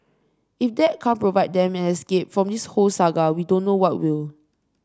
if that can't provide them an escape from this whole saga we don't know what will